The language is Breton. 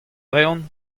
reont